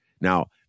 Now